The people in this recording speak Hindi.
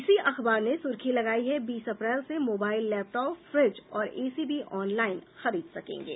इसी अखबार ने सुर्खी लगायी है बीस अप्रैल से मोबाईल लैपटॉप फ़िज और एसी भी ऑनलईन खरीद सकेंगे